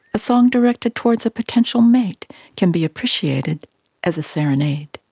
a song directed towards a potential mate can be appreciated as a serenade.